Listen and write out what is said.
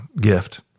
gift